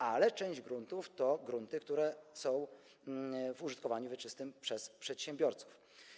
Ale część gruntów to grunty, które są w użytkowaniu wieczystym przedsiębiorców.